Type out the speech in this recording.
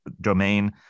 Domain